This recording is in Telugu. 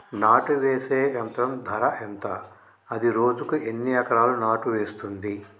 నాటు వేసే యంత్రం ధర ఎంత? అది రోజుకు ఎన్ని ఎకరాలు నాటు వేస్తుంది?